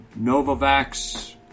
Novavax